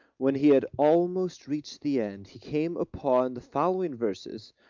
when he had almost reached the end, he came upon the following verses,